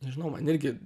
nežinau man irgi